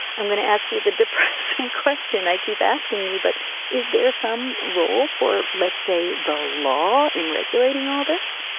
i'm going to ask you the depressing question i keep asking you, but is there some role for, let's say, the law in regulating all this?